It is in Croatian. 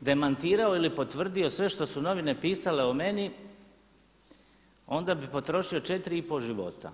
demantirao ili potvrdio sve što su novine pisale o meni onda bi potrošio 4,5 života.